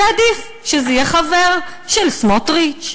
ועדיף שזה יהיה חבר של סמוטריץ,